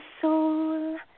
soul